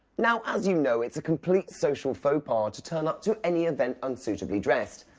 now, as you know, it's a complete social faux pas to turn up to any event unsuitably dressed.